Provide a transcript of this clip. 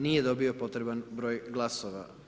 Nije dobio potreban broj glasova.